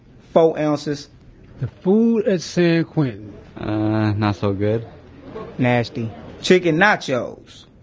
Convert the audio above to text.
four ounces the food at san quentin ah, not so good nasty chicken nachos.